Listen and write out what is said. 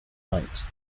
night